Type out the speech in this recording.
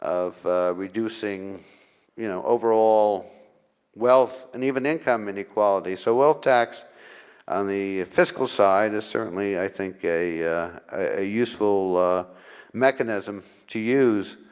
reducing you know over all wealth, and even income and equality. so wealth tax on the fiscal side is certainly i think a ah useful mechanism to use.